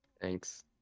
Thanks